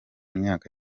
myaka